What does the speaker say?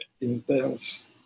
intense